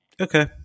okay